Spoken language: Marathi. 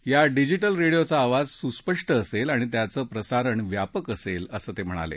या डिजिटल रेडियोचा आवाज सुस्पष्ट असेल आणि त्याचं प्रसारण व्यापक असेल असं ते म्हणाले